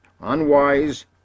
unwise